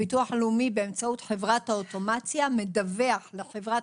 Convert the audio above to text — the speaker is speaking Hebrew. הביטוח הלאומי באמצעות חברת האוטומציה מדווח לחברת